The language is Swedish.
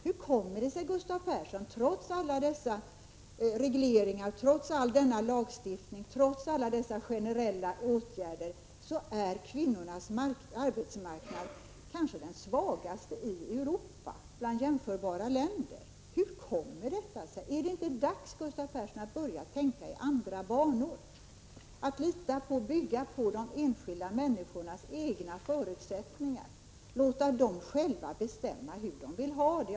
Hur kommer det sig, Gustav Persson, att kvinnornas arbetsmarknad trots alla dessa regleringar, trots all denna lagstiftning, trots alla dessa generella åtgärder kanske är kanske den svagaste i Europa, om man räknar med jämförbara länder? Hur kommer detta sig? Är det inte dags, Gustav Persson, att börja tänka i andra banor, att lita på och bygga på de enskilda människornas egna förutsättningar, att låta dem själva bestämma hur de vill ha det?